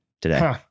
today